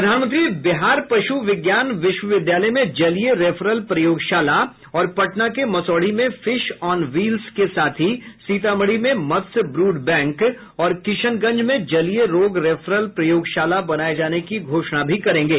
प्रधानमंत्री बिहार पश् विज्ञान विश्वविद्यालय में जलीय रेफरल प्रयोगशाला और पटना के मसौढ़ी में फिश ऑन व्हील्स के साथ ही सीतामढी में मत्स्य ब्रूड बैंक और किशनगंज में जलीय रोग रेफरल प्रयोगशाला बनाए जाने की घोषणा भी करेंगे